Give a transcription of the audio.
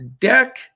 Deck